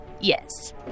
yes